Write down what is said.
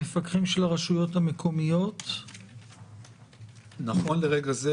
המפקחים של הרשויות המקומיות --- נכון לרגע זה